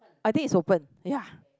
I think it's open ya